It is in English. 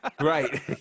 right